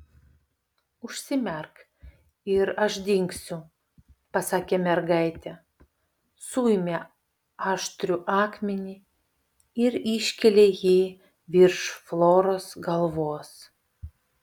užsimerk ir aš dingsiu pasakė mergaitė suėmė aštrų akmenį ir iškėlė jį virš floros galvos